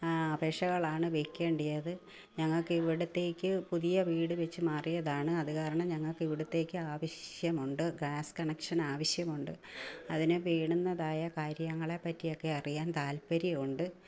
അപേക്ഷകളാണ് വെയ്ക്കേണ്ടിയത് ഞങ്ങൾക്കിവിടത്തേക്ക് പുതിയ വീടു വെച്ചു മാറിയതാണ് അതുകാരണം ഞങ്ങൾക്ക് ഇവിടത്തേക്ക് ആവശ്യമുണ്ട് ഗ്യാസ് കണക്ഷൻ ആവശ്യമുണ്ട് അതിനെ വേണുന്നതായ കാര്യങ്ങളെ പറ്റി ഒക്കെ അറിയാൻ താത്പര്യമുണ്ട്